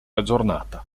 aggiornata